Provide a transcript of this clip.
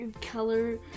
Color